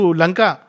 Lanka